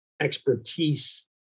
expertise